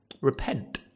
Repent